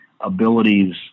abilities